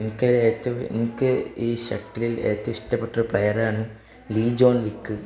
എനിക്ക് ഏറ്റവും എനിക്ക് ഈ ഷട്ടിലിൽ ഏറ്റവും ഇഷ്ടപ്പെട്ടൊരു പ്ലെയറാണ് ലീ ജോൺ വിക്ക്